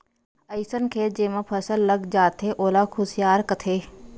अइसन खेत जेमा फसल गल जाथे ओला खुसियार कथें